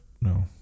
no